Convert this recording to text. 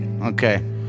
Okay